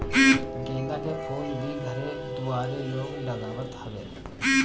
गेंदा के फूल भी घरे दुआरे लोग लगावत हवे